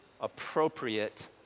appropriate